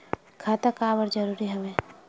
खाता का बर जरूरी हवे?